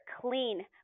clean